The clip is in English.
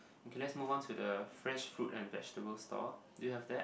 okay let's move on to the fresh fruit and vegetable stall do you have that